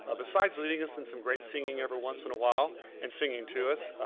ah besides leading us in some great singing every once in a while and singing to us,